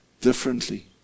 differently